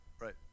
Right